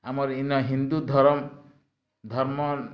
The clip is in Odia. ଆମର୍ ଇନ ହିନ୍ଦୁ ଧରମ ଧର୍ମ